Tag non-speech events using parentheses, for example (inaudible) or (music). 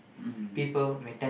mmhmm (breath)